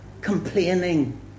complaining